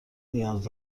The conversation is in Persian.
نیاز